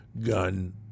gun